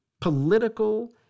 political